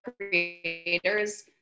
creators